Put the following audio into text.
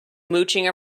mooching